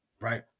right